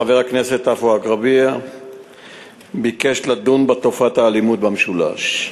חבר הכנסת עפו אגבאריה ביקש לדון בתופעת האלימות במשולש.